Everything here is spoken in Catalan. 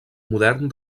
modern